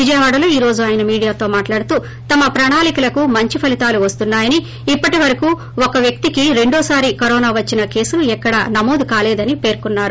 విజయవాడలో ఈ రోజు ఆయన మీడియాతో మాట్లాడుతూ తమ ప్రణాళికలకు మంచి ఫలీతాలు వస్తున్నాయని ఇప్పటి వరకు ఓ వ్యక్తికి రెండోసారి కరోనా వచ్చిన కేసులు ఎక్కడా నమోదు కాలేదని పేర్కొన్నారు